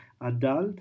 adult